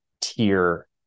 tier